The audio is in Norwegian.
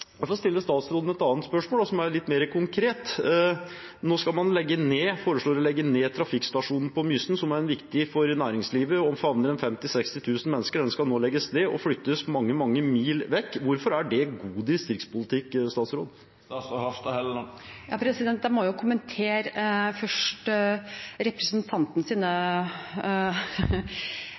jeg får stille statsråden et annet spørsmål, og som er litt mer konkret: Nå foreslår man å legge ned trafikkstasjonen på Mysen, som er viktig for næringslivet, og som favner 50 000–60 000 mennesker. Den skal nå legges ned og flyttes mange, mange mil vekk. Hvorfor er det god distriktspolitikk?